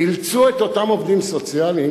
אילצו את אותם עובדים סוציאליים